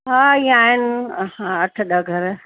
हा हीअं ई आहिनि अठ ॾह घर